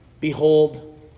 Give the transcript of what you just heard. behold